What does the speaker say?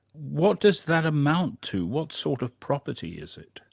what does that amount to? what sort of property is it?